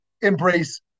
embrace